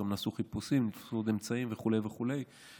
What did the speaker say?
גם נעשו חיפושים, נוספו עוד אמצעים וכו' וכו'.